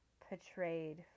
portrayed